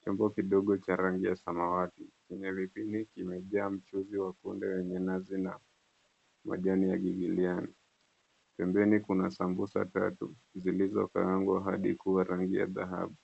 Chombo kidogo cha rangi ya samawati chenye vipini kimejaa mchuzi kunde wenye nazi na majani ya igiliano. Pembeni kuna sambusa tatu zilizokaangwa hadi kuwa rangi ya dhahabu.